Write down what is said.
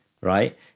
right